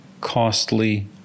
costly